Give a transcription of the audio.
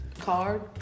Card